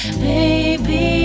Baby